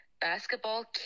basketball